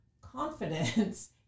confidence